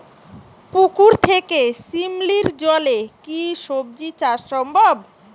পুকুর থেকে শিমলির জলে কি সবজি চাষ সম্ভব?